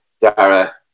Dara